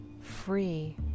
free